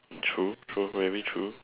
true true really true